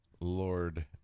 lord